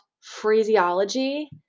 phraseology